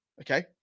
okay